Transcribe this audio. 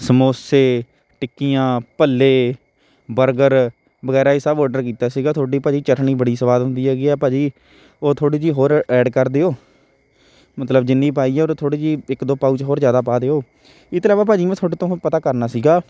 ਸਮੋਸੇ ਟਿੱਕੀਆਂ ਭੱਲੇ ਬਰਗਰ ਵਗੈਰਾ ਹੀ ਸਭ ਔਡਰ ਕੀਤਾ ਸੀਗਾ ਤੁਹਾਡੀ ਭਾਅ ਜੀ ਚਟਣੀ ਬੜੀ ਸਵਾਦ ਹੁੰਦੀ ਹੈਗੀ ਆ ਭਾਅ ਜੀ ਉਹ ਥੋੜ੍ਹੀ ਜਿਹੀ ਹੋਰ ਐਡ ਕਰ ਦਿਓ ਮਤਲਬ ਜਿੰਨੀ ਪਾਈ ਹੈ ਉਹ ਤੋਂ ਥੋੜ੍ਹੀ ਜਿਹੀ ਇੱਕ ਦੋ ਪਾਊਚ ਹੋਰ ਜ਼ਿਆਦਾ ਪਾ ਦਿਓ ਇਹ ਤੋਂ ਇਲਾਵਾ ਭਾਅ ਜੀ ਮੈਂ ਤੁਹਾਡੇ ਤੋਂ ਉਹ ਪਤਾ ਕਰਨਾ ਸੀਗਾ